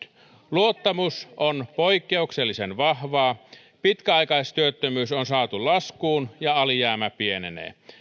luottamus on poikkeuksellisen vahvaa pitkäaikaistyöttömyys on saatu laskuun ja alijäämä pienenee